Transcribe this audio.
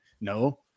no